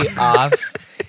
off